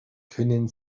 können